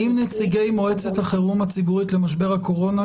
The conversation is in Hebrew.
האם נציגי מועצת החירום הציבורית למשבר הקורונה,